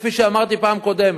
וכפי שאמרתי בפעם הקודמת,